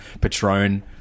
patron